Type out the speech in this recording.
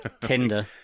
Tinder